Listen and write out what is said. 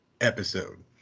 episode